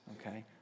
okay